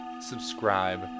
subscribe